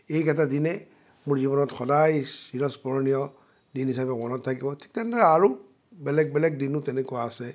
এইকেইটা দিনে মোৰ জীৱনত সদায় চিৰস্মৰণীয় দিন হিচাপে মনত থাকিব ঠিক তেনেদৰে আৰু বেলেগ বেলেগ দিনো তেনেকুৱা আছে